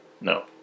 No